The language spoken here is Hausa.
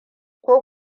ko